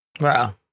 Wow